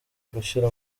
gushyira